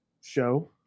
show